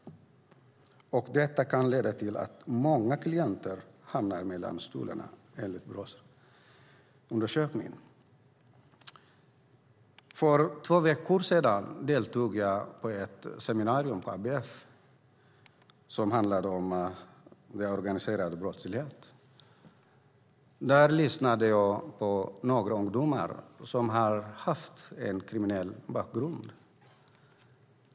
Detta kan leda till att många klienter hamnar mellan stolarna, enligt Brås undersökning. För två veckor sedan deltog jag i ett seminarium på ABF som handlade om organiserad brottslighet. Där lyssnade jag på några ungdomar som hade en kriminell bakgrund.